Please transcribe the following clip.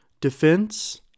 defense